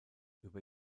über